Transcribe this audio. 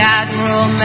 admiral